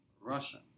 Russian